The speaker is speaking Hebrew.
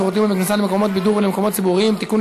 בשירותים ובכניסה למקומות בידור ולמקומות ציבוריים (תיקון,